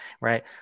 right